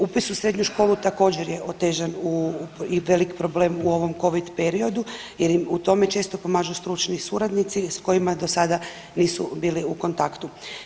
Upis u srednju školu također je otežan i velik problem u ovom covid periodu jer im u tome često pomažu stručni suradnici s kojima do sada nisu bili u kontaktu.